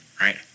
right